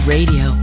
Radio